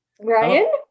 Ryan